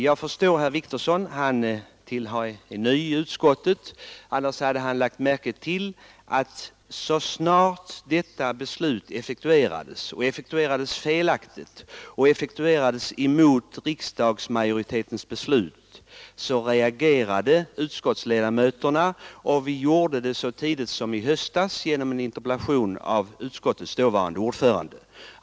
Jag förstår herr Wictorsson, han är ny i utskottet, annars hade han lagt märke till att så snart detta beslut effektuerades — felaktigt och mot riksdagsmajoritetens beslut — reagerade utskottsledamöterna. Vi gjorde det redan i höstas genom en interpellation av utskottets dåvarande ordförande.